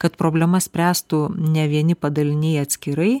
kad problemas spręstų ne vieni padaliniai atskirai